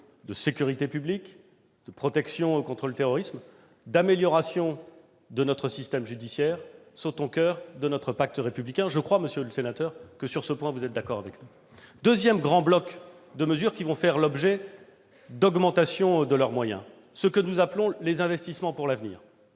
de sécurité publique, de protection contre le terrorisme et d'amélioration de notre système judiciaire sont au coeur de notre pacte républicain. Je crois, monsieur le sénateur, que, sur ce point, vous êtes d'accord avec nous. Le deuxième grand bloc de mesures qui vont voir leurs moyens augmenter, ce sont les investissements pour l'avenir.